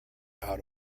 out